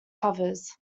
covers